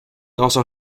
also